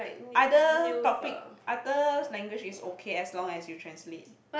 other topic other language is okay as long as you translate